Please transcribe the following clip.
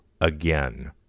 again